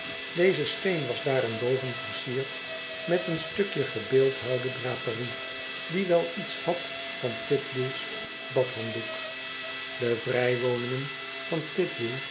lezen dezesteen was daarenboven versierd met een stukje gebeeldhouwde draperie die wel iets had van titbull's badhanddoek de vrij woningen van